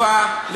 טובה,